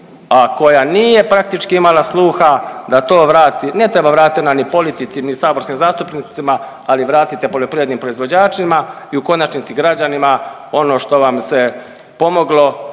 a koja nije praktički imala sluha da to vrati, ne treba vratiti na ni politici ni saborskim zastupnicima, ali vratite poljoprivrednim proizvođačima i u konačnici građanima ono što vam se pomoglo